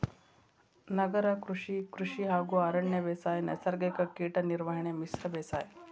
ನಗರ ಕೃಷಿ, ಕೃಷಿ ಹಾಗೂ ಅರಣ್ಯ ಬೇಸಾಯ, ನೈಸರ್ಗಿಕ ಕೇಟ ನಿರ್ವಹಣೆ, ಮಿಶ್ರ ಬೇಸಾಯ